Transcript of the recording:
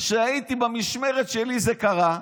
ובמשמרת שלי זה קרה,